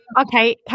okay